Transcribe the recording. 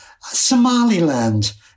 Somaliland